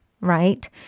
right